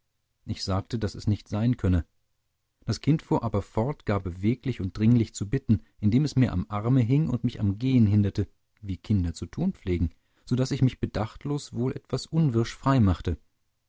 ich sagte daß es nicht sein könne das kind fuhr aber fort gar beweglich und dringlich zu bitten indem es mir am arme hing und mich am gehen hinderte wie kinder zu tun pflegen so daß ich mich bedachtlos wohl etwas unwirsch frei machte